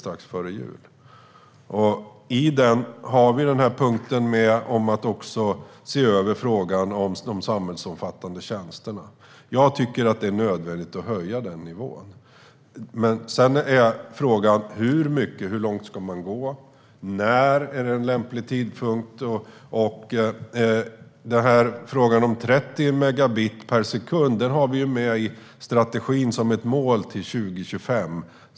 I den har vi en punkt om att se över frågan om de samhällsomfattande tjänsterna. Jag tycker att det är nödvändigt att höja nivån. Sedan är frågan med hur mycket. Hur långt ska man gå? När är tidpunkten lämplig? Frågan om 30 megabit per sekund har vi med i strategin som ett mål till 2025.